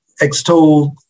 extol